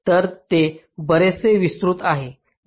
तर ते बरेचसे विस्तृत आहे